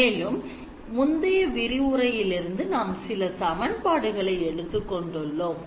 மேலும் முந்தைய விரிவுரைகளிலிருந்து நாம் சில சமன்பாடுகளை எடுத்துக் கொண்டுள்ளோம்